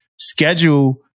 schedule